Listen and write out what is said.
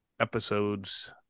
Episodes